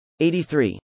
83